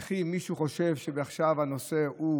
וכי מישהו חושב שמעכשיו הנושא הוא